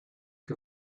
que